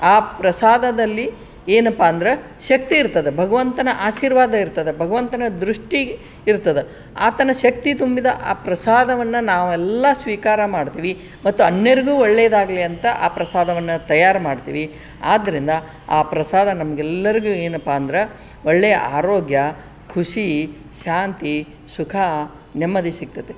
ಆ ಪ್ರಸಾದದಲ್ಲಿ ಏನಪ್ಪ ಅಂದ್ರೆ ಶಕ್ತಿ ಇರ್ತದೆ ಭಗವಂತನ ಆಶೀರ್ವಾದ ಇರ್ತದೆ ಭಗವಂತನ ದೃಷ್ಟಿ ಇರ್ತದೆ ಆತನ ಶಕ್ತಿ ತುಂಬಿದ ಆ ಪ್ರಸಾದವನ್ನು ನಾವೆಲ್ಲ ಸ್ವೀಕಾರ ಮಾಡ್ತೀವಿ ಮತ್ತು ಅನ್ಯರಿಗೂ ಒಳ್ಳೆದಾಗಲಿ ಅಂತ ಆ ಪ್ರಸಾದವನ್ನು ತಯಾರು ಮಾಡ್ತೀವಿ ಆದ್ದರಿಂದ ಆ ಪ್ರಸಾದ ನಮ್ಗೆಲ್ಲರಿಗೂ ಏನಪ್ಪ ಅಂದ್ರೆ ಒಳ್ಳೆಯ ಆರೋಗ್ಯ ಖುಷಿ ಶಾಂತಿ ಸುಖ ನೆಮ್ಮದಿ ಸಿಕ್ತದೆ